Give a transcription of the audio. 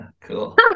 Cool